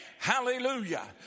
Hallelujah